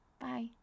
Bye